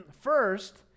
First